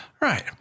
Right